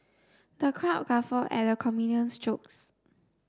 the crowd guffawed at the comedian's jokes